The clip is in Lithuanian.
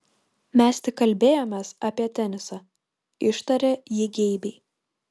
mes tik kalbėjomės apie tenisą ištarė ji geibiai